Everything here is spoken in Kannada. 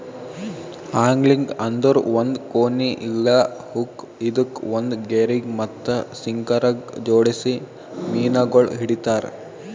ಆಂಗ್ಲಿಂಗ್ ಅಂದುರ್ ಒಂದ್ ಕೋನಿ ಇಲ್ಲಾ ಹುಕ್ ಇದುಕ್ ಒಂದ್ ಗೆರಿಗ್ ಮತ್ತ ಸಿಂಕರಗ್ ಜೋಡಿಸಿ ಮೀನಗೊಳ್ ಹಿಡಿತಾರ್